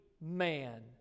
man